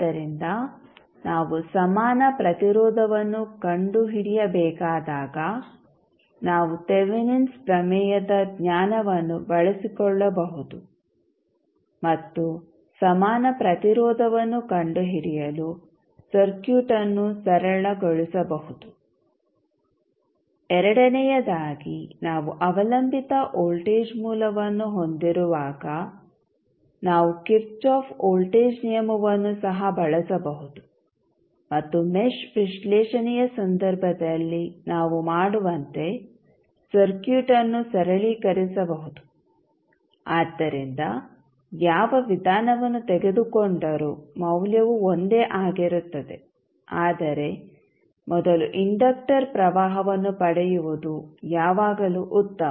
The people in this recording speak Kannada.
ಆದ್ದರಿಂದ ನಾವು ಸಮಾನ ಪ್ರತಿರೋಧವನ್ನು ಕಂಡುಹಿಡಿಯಬೇಕಾದಾಗ ನಾವು ತೆವೆನಿನ್ಸ್ ಪ್ರಮೇಯದ ಜ್ಞಾನವನ್ನು ಬಳಸಿಕೊಳ್ಳಬಹುದು ಮತ್ತು ಸಮಾನ ಪ್ರತಿರೋಧವನ್ನು ಕಂಡುಹಿಡಿಯಲು ಸರ್ಕ್ಯೂಟ್ಅನ್ನು ಸರಳಗೊಳಿಸಬಹುದು ಎರಡನೆಯದಾಗಿ ನಾವು ಅವಲಂಬಿತ ವೋಲ್ಟೇಜ್ ಮೂಲವನ್ನು ಹೊಂದಿರುವಾಗ ನಾವು ಕಿರ್ಚಾಫ್ ವೋಲ್ಟೇಜ್ ನಿಯಮವನ್ನು ಸಹ ಬಳಸಬಹುದು ಮತ್ತು ಮೆಶ್ ವಿಶ್ಲೇಷಣೆಯ ಸಂದರ್ಭದಲ್ಲಿ ನಾವು ಮಾಡುವಂತೆ ಸರ್ಕ್ಯೂಟ್ಅನ್ನು ಸರಳೀಕರಿಸಬಹುದು ಆದ್ದರಿಂದ ಯಾವ ವಿಧಾನವನ್ನು ತೆಗೆದುಕೊಂಡರೂ ಮೌಲ್ಯವು ಒಂದೇ ಆಗಿರುತ್ತದೆ ಆದರೆ ಮೊದಲು ಇಂಡಕ್ಟರ್ ಪ್ರವಾಹವನ್ನು ಪಡೆಯುವುದು ಯಾವಾಗಲೂ ಉತ್ತಮ